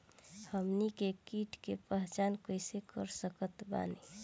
हमनी के कीट के पहचान कइसे कर सकत बानी?